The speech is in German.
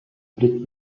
blick